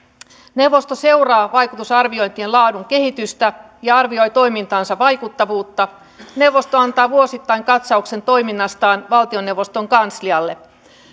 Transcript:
neuvosto seuraa vaikutusarviointien laadun kehitystä ja arvioi toimintansa vaikuttavuutta neuvosto antaa vuosittain katsauksen toiminnastaan valtioneuvoston kanslialle